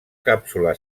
càpsula